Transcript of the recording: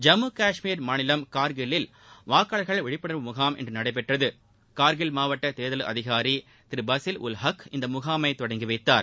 ஜம்மு கஷ்மீர் மாநிலம் கார்கில் லில் வாக்காளர்கள் விழிப்புணர்வு முகாம் இன்று நடைபெற்றது கார்கில் மாவட்ட தேர்தல் அதிகாரி திரு பசிர் உல் ஹக் இந்த முகாமை தொடங்கி வைத்தார்